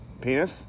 Penis